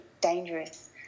dangerous